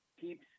keeps